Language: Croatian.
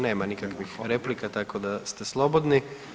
Nema nikakvih replika, tako da ste slobodni.